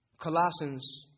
Colossians